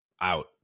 out